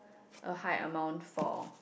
a high amount for